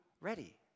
ready